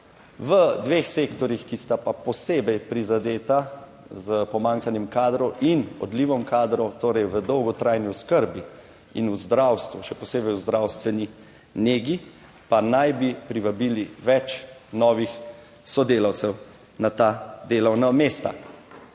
v dveh sektorjih, ki sta pa posebej prizadeta s pomanjkanjem kadrov in odlivom kadrov, torej v dolgotrajni oskrbi in v zdravstvu, še posebej v zdravstveni negi, pa naj bi privabili več novih sodelavcev na ta delovna mesta.